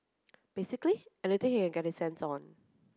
basically anything he can get his hands on